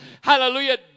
hallelujah